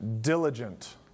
diligent